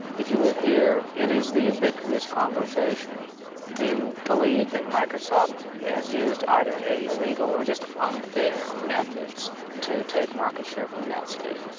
if you live here, it is the ubiquitous conversation do you believe that microsoft has used either a illegal or just unfair methods to take market share from netscape?